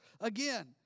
again